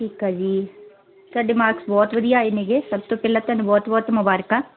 ਠੀਕ ਹੈ ਜੀ ਤੁਹਾਡੇ ਮਾਰਕਸ ਬਹੁਤ ਵਧੀਆ ਆਏ ਨੇਗੇ ਸਭ ਤੋਂ ਪਹਿਲਾਂ ਤੁਹਾਨੂੰ ਬਹੁਤ ਬਹੁਤ ਮੁਬਾਰਕਾਂ